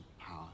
power